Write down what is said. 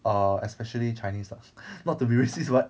err especially chinese lah not to be racist but